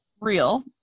real